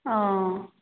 অঁ